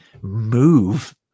move